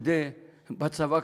בצבא,